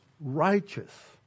righteous